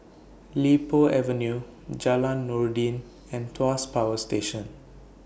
Li Po Avenue Jalan Noordin and Tuas Power Station